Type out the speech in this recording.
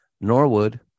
Norwood